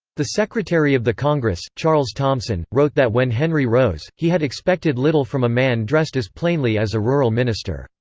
the secretary of the congress, charles thomson, wrote that when henry rose, he had expected little from a man dressed as plainly as a rural minister.